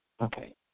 Okay